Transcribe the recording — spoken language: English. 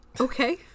Okay